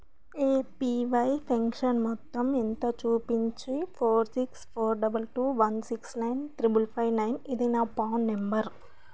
APY pension మొత్తం ఎంతో చూపించి four six four double two one six nine triple five nine ఇది నా పాన్ నంబర్